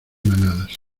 manadas